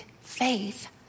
faith